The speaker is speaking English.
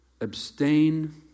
Abstain